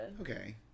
Okay